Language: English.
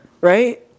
right